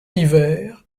hiver